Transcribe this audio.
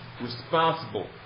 responsible